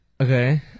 Okay